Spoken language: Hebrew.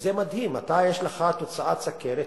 וזה מדהים: יש לך תוצאת סוכר און-ליין,